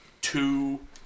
two